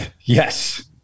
Yes